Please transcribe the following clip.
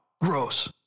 Gross